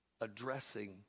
addressing